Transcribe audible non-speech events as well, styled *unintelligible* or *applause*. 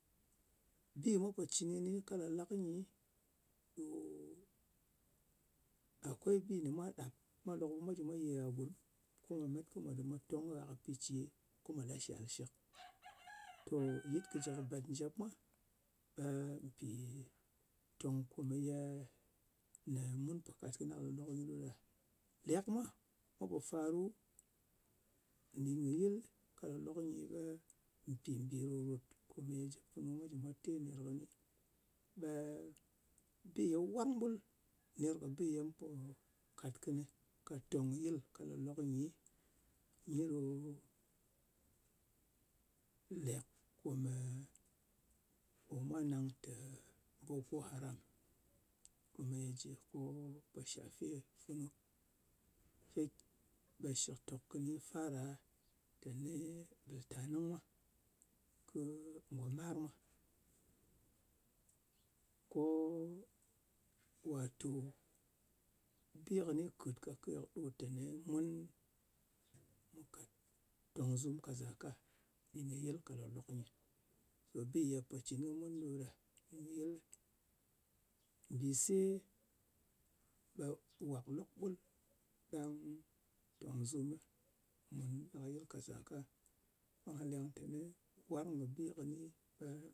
Bi mwa po cɨn kɨnɨ ka lak-lak nyi ɗo, *hesitation* akwai bi ne mwa ɗàp. Kɨ lok ɓe mwa jɨ mwa ye gha gurm, ko mwà met ko mwà dɨm mwa tong kɨ gha ka pi ce, ko mwa la shal shɨk. *noise* To, yɨt kɨ jɨ kɨ bèt njè mwa, *hesitation* mpì tòng komeye, ne mun kɨnɨ *unintelligible* pa ce mwa nyɨl ɗo ɗa. Lek mwa pò faru nɗin kɨ yɨl. Ka lòklok nyi ɓe kèn mbì ròt-ròt kome je funu mwa jɨ mwa te ner kɨni, ɓe bi ye warng ɓul ner kɨ bi ye mu pò kàt kɨnɨ ka tòng yɨl ka lòk-lok nyi, nyi ɗo lèk *hesitation* kome mwa nang tè boko haram. Kòmèye jɨ ko pò shafe funu. Ɓe shɨktòk kɨni fara, teni ɓɨltanɨng mwa kɨ ngò mar mwa. ko Watò bi kɨni kɨt kake o nè teni mù ka tòng zum ka zaka nɗin yɨl ka lòklòk nyɨ. Ɓe, bi ye pò cɨn kɨ mun ɗo ɗa nɗin yɨl. Mbìse ɓe wàk lok ɓul, ɗang tòng zumɨ nyɨ ka yɨl ka zaka. Ɓe nga leng teni warng kɨ bi kɨni, *hesitation*